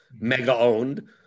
mega-owned